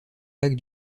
lac